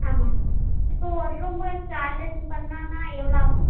ஆமாங்க இப்போ ஒரு ரூம்முக்கு ஆல்ட்ரேஷன் பண்ணணுன்னா எவ்வளோ ஆகும்